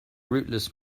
rootless